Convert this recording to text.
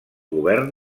govern